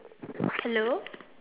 hello